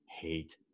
Hate